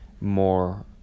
more